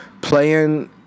playing